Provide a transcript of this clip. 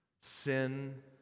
sin